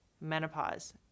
menopause